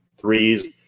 threes